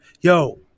Yo